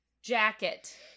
Jacket